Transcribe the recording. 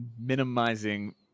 minimizing